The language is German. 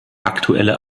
aktuelle